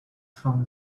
from